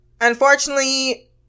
Unfortunately